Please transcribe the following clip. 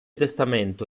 testamento